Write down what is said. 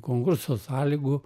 konkurso sąlygų